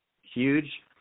huge